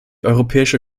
europäische